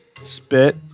spit